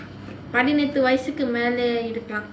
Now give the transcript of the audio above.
பதினெட்டு வயசுக்கு மேலே இருப்பாங்க:pathinettu vayasukku mela irupaanga